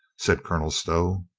said colonel stow.